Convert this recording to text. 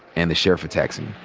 and the sheriff attacks him.